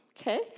okay